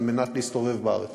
על מנת להסתובב בארץ.